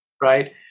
right